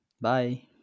bye